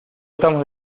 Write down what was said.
estamos